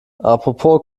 apropos